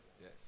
Yes